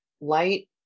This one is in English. light